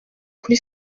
kuri